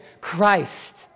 Christ